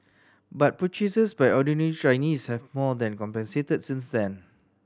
but purchases by ordinary Chinese have more than compensated since then